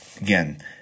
again